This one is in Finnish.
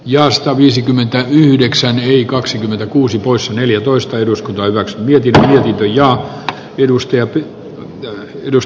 joista viisikymmentäyhdeksän iii kaksikymmentäkuusi poissa neljätoista eduskunta eivät hyödytä linjaa edusti pyydän korjaamaan pöytäkirjaan